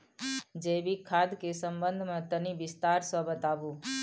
जैविक खाद के संबंध मे तनि विस्तार स बताबू?